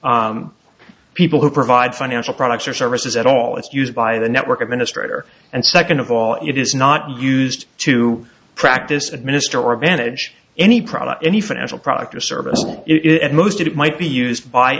people who provide financial products or services at all it's used by the network administrator and second of all it is not used to practice administer or advantage any product any financial product or service it most of it might be used by